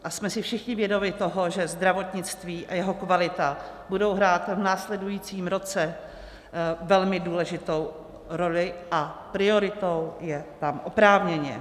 A jsme si všichni vědomi toho, že zdravotnictví a jeho kvalita budou hrát v následujícím roce velmi důležitou roli, a prioritou je tam oprávněně.